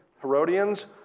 Herodians